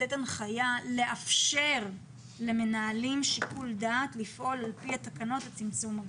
לתת הנחיה לאפשר למנהלים שיקול דעת לפעול על פי התקנות לצמצום מגעים.